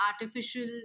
artificial